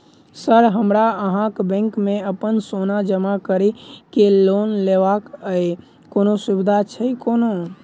Sir हमरा अहाँक bank मे अप्पन सोना जमा करि केँ लोन लेबाक अई कोनो सुविधा छैय कोनो?